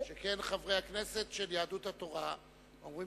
שכן חברי הכנסת של יהדות התורה אומרים